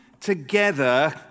together